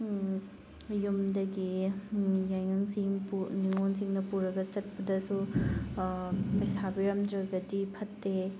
ꯌꯨꯝꯗꯒꯤ ꯌꯥꯏꯉꯪꯁꯤꯡ ꯅꯤꯉꯣꯜꯁꯤꯡꯅ ꯄꯨꯔꯒ ꯆꯠꯄꯗꯁꯨ ꯄꯩꯁꯥ ꯄꯤꯔꯝꯗ꯭ꯔꯕꯗꯤ ꯐꯠꯇꯦ